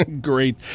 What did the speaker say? Great